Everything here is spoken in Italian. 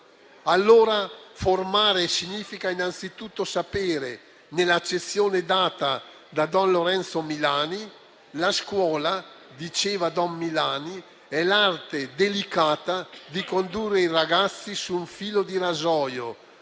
Formare significa innanzitutto sapere, nell'accezione data da don Lorenzo Milani: «La scuola - diceva don Milani - è l'arte delicata di condurre i ragazzi sul filo di rasoio: